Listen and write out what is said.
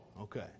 okay